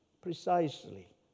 precisely